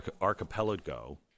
Archipelago